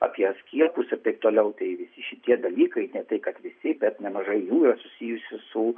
apie skiepus ir taip toliau tai visi šitie dalykai ne tai kad visi bet nemažai jų susijusi su